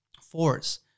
force